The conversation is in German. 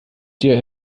dir